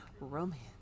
romance